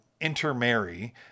intermarry